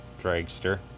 Dragster